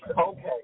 okay